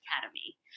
Academy